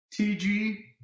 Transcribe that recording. tg